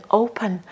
open